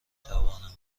توانم